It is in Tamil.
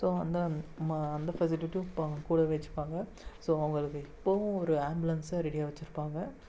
ஸோ அந்த அந்த ஃபெசிலிட்டியும் கூட வெச்சுப்பாங்க ஸோ அவங்களுக்கு எப்பவும் ஒரு ஆம்புலன்ஸும் ரெடியாக வச்சுருப்பாங்க